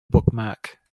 bookmark